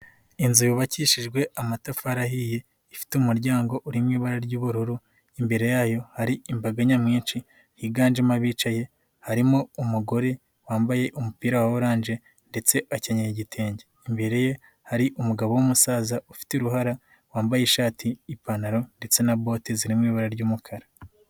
Inzu yubakishijwe amatafari ahiye. Ifite umuryango uri mu ibara ry'ubururu. Imbere yayo hari imbaga nyamwinshi yiganjemo abicaye. Harimo umugore wambaye umupira wa orange ndetse akenyeye igitenge. Imbere ye hari umugabo w'umusaza ufite uruhara, wambaye ishati n'ipantaro ndetse na bote ziri mu ibara ry'umukara.